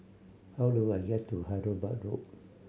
how do I get to Hyderabad Road